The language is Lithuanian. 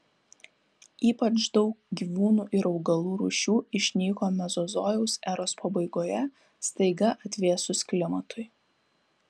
ypač daug gyvūnų ir augalų rūšių išnyko mezozojaus eros pabaigoje staiga atvėsus klimatui